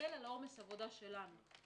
ומקל על עומס העבודה שלנו.